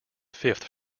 fifth